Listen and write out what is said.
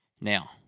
Now